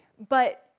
but,